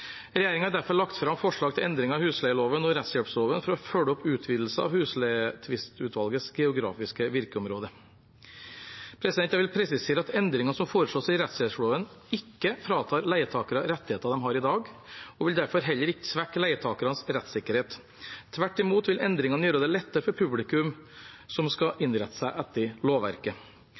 har derfor lagt fram forslag til endringer i husleieloven og rettshjelpsloven for å følge opp utvidelse av husleietvistutvalgets geografiske virkeområde. Jeg vil presisere at endringene som foreslås i rettshjelpsloven ikke fratar leietakere rettigheter de har i dag, og vil derfor heller ikke svekke leietakernes rettssikkerhet. Tvert imot vil endringene gjøre det lettere for publikum som skal innrette seg etter lovverket.